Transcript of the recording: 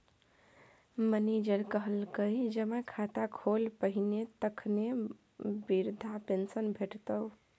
manager कहलकै जमा खाता खोल पहिने तखने बिरधा पेंशन भेटितौ